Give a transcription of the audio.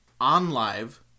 OnLive